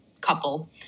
couple